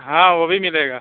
ہاں وہ بھی ملے گا